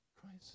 Christ